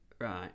Right